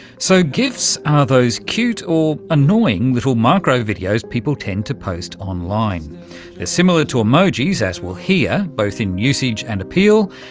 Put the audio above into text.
so gifs ah are those cute or annoying little micro videos people tend to post online. they're similar to emojiis, as we'll hear, both in usage and appeal.